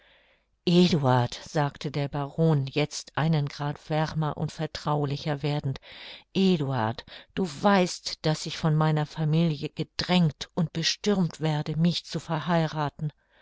eduard sagte der baron jetzt einen grad wärmer und vertraulicher werdend eduard du weißt daß ich von meiner familie gedrängt und bestürmt werde mich zu verheirathen